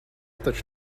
taču